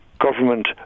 government